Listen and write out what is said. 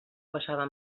passava